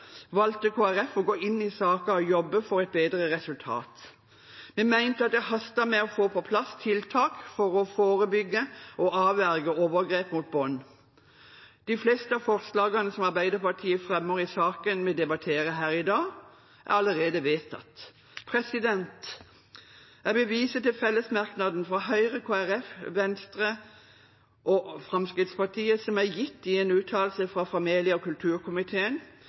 valgte Kristelig Folkeparti å gå inn i saken og jobbe for et bedre resultat. Vi mente at det hastet med å få på plass tiltak for å forebygge og avverge overgrep mot barn. De fleste av forslagene som Arbeiderpartiet fremmer i saken vi debatterer her i dag, er allerede vedtatt. Jeg vil vise til fellesmerknaden fra Høyre, Kristelig Folkeparti, Venstre og Fremskrittspartiet som er gitt i en uttalelse fra familie- og kulturkomiteen